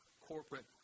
corporate